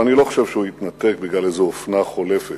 ואני לא חושב שהוא התנתק בגלל איזו אופנה חולפת,